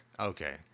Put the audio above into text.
Okay